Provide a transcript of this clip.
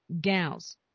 gals